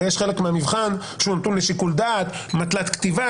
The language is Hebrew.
הרי יש חלק במבחן שנתון לשיקול דעת, מטלת כתיבה.